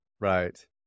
right